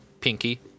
pinky